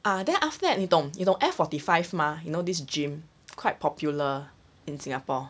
ah then after that 你懂你懂 F forty five mah you know this gym quite popular in singapore